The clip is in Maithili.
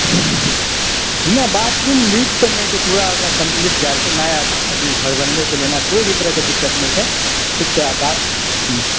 नहि बाथरूम लीक तऽ नहि छै पूरा ओकरा कम्पलीट भय जेतै नया अभी घर बनबे केलै हनि आ कोइ भी के तरह के दिक्कत नहि छै